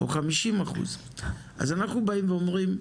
או 50%. אז אנחנו באים ואומרים: